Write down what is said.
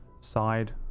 side